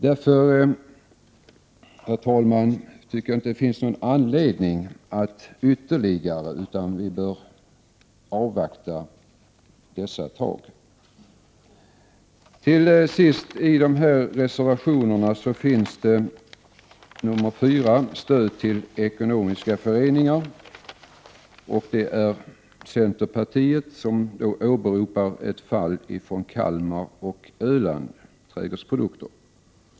Därför, herr talman, anser jag att man bör avvakta. Reservation 4 gäller stöd till ekonomiska föreningar. Centerpartiet åberopar här en verksamhet som bedrivs av Kalmar-Öland Trädgårdsprodukter.